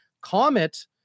Comet